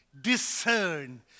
discern